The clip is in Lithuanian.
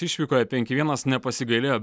išvykoje penki vienas nepasigailėjo